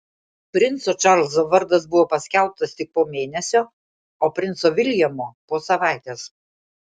princo čarlzo vardas buvo paskelbtas tik po mėnesio o princo viljamo po savaitės